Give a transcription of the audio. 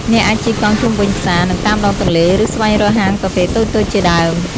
អ្នកអាចជិះកង់ជុំវិញផ្សារ និងតាមដងទន្លេ ឬស្វែងរកហាងកាហ្វេតូចៗជាដើម។